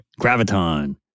graviton